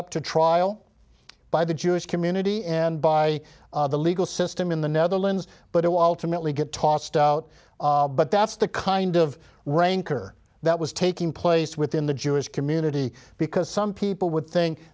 up to trial by the jewish community and by the legal system in the netherlands but awhile to mentally get tossed out but that's the kind of rancor that was taking place within the jewish community because some people would think